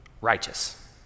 Righteous